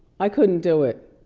i couldn't do it.